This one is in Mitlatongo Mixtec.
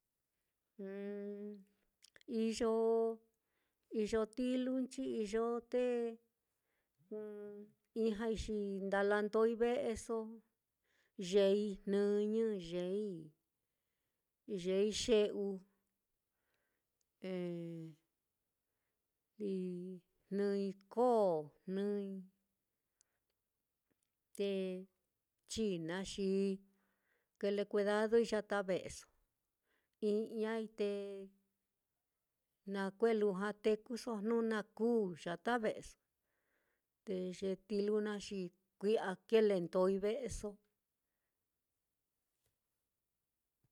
iyo iyo tilunchi iyo te ijñai xi ndalandoi ve'eso, yeei jnɨñɨ, yeei yeei xe'u nɨi koo jnɨi, te china xi kilekuedadoi yata ve'eso, i'jñai te na kue'e lujua tekuso jnu na kuu yata ve'eso, te ye tilu naá xi kui'ya kilendoi ve'eso